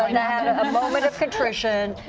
and and a moment of contrition,